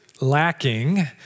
lacking